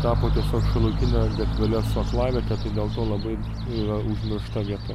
tapo tiesiog šalutine gatvele aklaviete tai dėl to labai yra užmiršta vieta